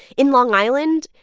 in long island,